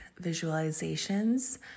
visualizations